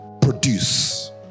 produce